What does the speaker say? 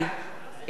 אינו נוכח